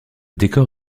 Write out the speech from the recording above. décor